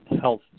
health